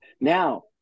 Now